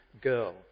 girl